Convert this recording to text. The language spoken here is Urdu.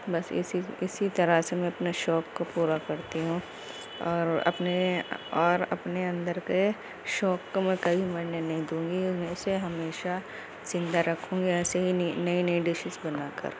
بس اسی اسی طرح سے میں اپنے شوق کو پورا کرتی ہوں اور اپنے اور اپنے اندر کے شوق کو میں کبھی مرنے نہیں دوں گی میں اسے ہمیشہ زندہ رکھوں گی ایسے ہی نئی نئی ڈشیز بنا کر